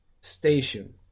station